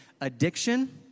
addiction